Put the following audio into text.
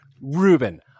ruben